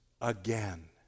again